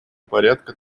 порядка